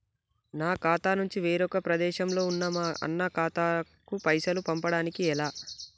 నా ఖాతా నుంచి వేరొక ప్రదేశంలో ఉన్న మా అన్న ఖాతాకు పైసలు పంపడానికి ఎలా?